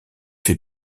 fait